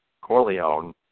Corleone